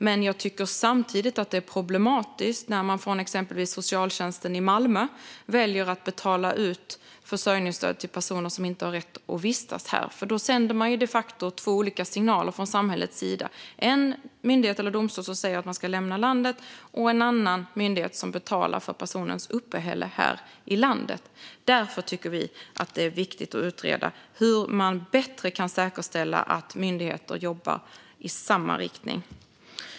Men samtidigt är det problematiskt när exempelvis socialtjänsten i Malmö väljer att betala ut försörjningsstöd till personer som inte har rätt att vistas här. Då sänder samhället de facto två olika signaler: En domstol eller myndighet säger att en person ska lämna landet medan en annan myndighet betalar för samma persons uppehälle här i landet. Därför tycker vi att det är viktigt att utreda hur man bättre kan säkerställa att myndigheter jobbar i samma riktning.